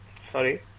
sorry